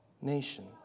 nation